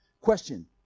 Question